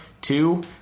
Two